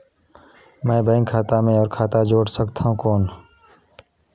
मैं बैंक खाता मे और खाता जोड़ सकथव कौन?